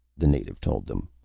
the native told them.